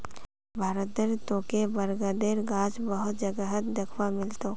भारतत तोके बरगदेर गाछ बहुत जगहत दख्वा मिल तोक